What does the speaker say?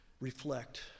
reflect